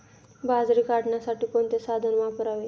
बाजरी काढण्यासाठी कोणते साधन वापरावे?